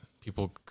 People